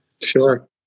Sure